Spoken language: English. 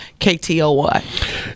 KTOY